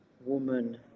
woman